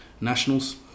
nationals